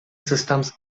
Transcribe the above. systems